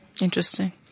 Interesting